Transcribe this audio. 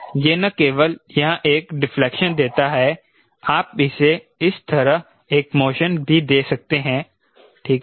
यह न केवल यहाँ एक डिफ्लेकशन देता है आप इसे इस तरह एक मोशन भी दे सकते हैं ठीक है